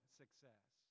success